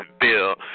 bill